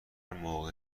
موقع